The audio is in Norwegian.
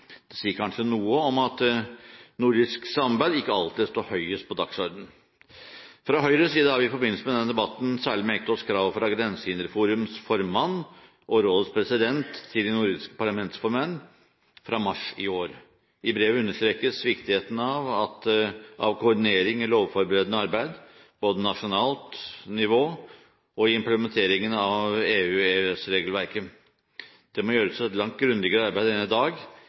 Det sier kanskje noe om at nordisk samarbeid ikke alltid står høyest på dagsordenen. Fra Høyres side har vi i forbindelse med denne debatten særlig merket oss kravet fra Grensehinderforums formann, og rådets president og tidligere nordiske parlamentsformenn, fra mars i år. I brevet understrekes viktigheten av koordinering i lovforberedende arbeid både på nasjonalt nivå og i implementeringen av EU/EØS-regelverket. Det må gjøres et langt grundigere arbeid enn det som gjøres i dag,